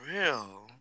real